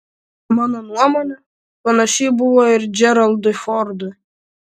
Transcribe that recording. mano nuomone panašiai buvo ir džeraldui fordui